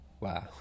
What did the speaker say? Wow